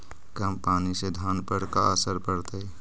कम पनी से धान पर का असर पड़तायी?